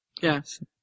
Yes